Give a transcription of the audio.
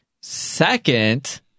second